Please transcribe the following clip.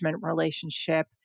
relationship